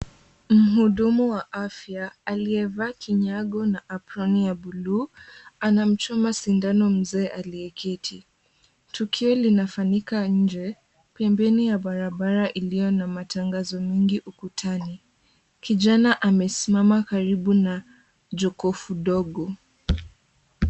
Mhudumu wa afya aliyevaa kinyago na aproni ya buluu anamchoma sindano mzee aliyeketi, tukio linafanyika nje, pembeni ya barabara iliyo na matangazo mengi ukutani, kijana amesimama karibu na jokofu ndogo.